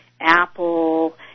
Apple